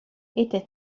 était